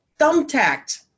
thumbtacked